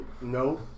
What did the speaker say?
No